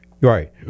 Right